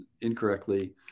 incorrectly